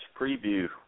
preview